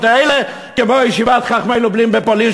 האלה כמו ישיבת 'חכמי לובלין' בפולין,